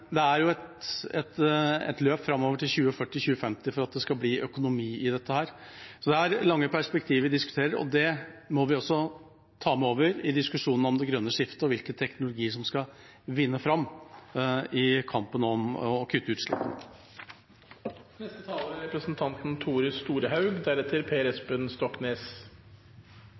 det er et løp framover til 2040 og 2050 for at det skal bli økonomi i dette. Det er lange perspektiver vi diskuterer, og det må vi også ta med over i diskusjonen om det grønne skiftet og hvilke teknologier som skal vinne fram i kampen om å kutte utslipp. Å ha store naturressursar er